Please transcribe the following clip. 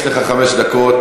יש לך חמש דקות,